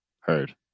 Heard